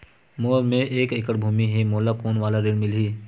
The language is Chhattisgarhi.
मोर मेर एक एकड़ भुमि हे मोला कोन वाला ऋण मिलही?